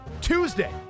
Tuesday